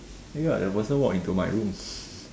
oh ya that person walk into my room